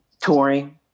touring